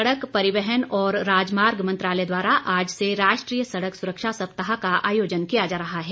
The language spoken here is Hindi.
सड़क सप्ताह केन्दीय सड़क परिवहन और राजमार्ग मंत्रालय द्वारा आज से राष्ट्रीय सड़क सुरक्षा सप्ताह का आयोजन किया जा रहा है